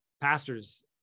pastors